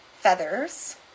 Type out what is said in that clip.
feathers